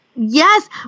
yes